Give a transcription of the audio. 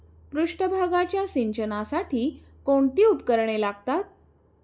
पृष्ठभागाच्या सिंचनासाठी कोणती उपकरणे लागतात?